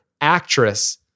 actress